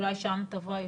אולי משם תבוא הישועה.